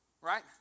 right